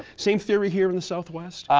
same theory here in the southwest?